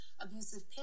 Abusive